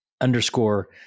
underscore